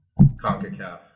Concacaf